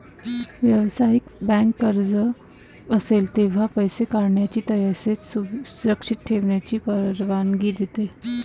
व्यावसायिक बँक गरज असेल तेव्हा पैसे काढण्याची तसेच सुरक्षित ठेवण्याची परवानगी देते